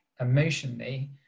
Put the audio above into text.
emotionally